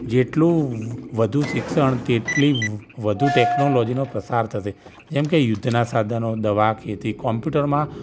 જેટલું વધુ શિક્ષણ તેટલી વધુ ટૅકનોલોજીનો પ્રસાર થશે જેમ કે યુદ્ધનાં સાધનો દવા ખેતી કમ્પ્યુટરમાં